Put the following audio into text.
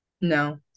No